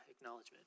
acknowledgement